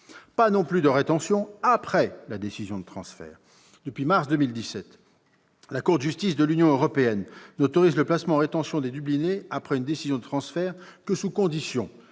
pas non plus de rétention après la décision de transfert. Depuis mars 2017, la CJUE n'autorise le placement en rétention des Dublinés après une décision de transfert que sous conditions